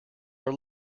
are